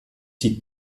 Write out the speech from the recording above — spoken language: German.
die